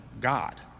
God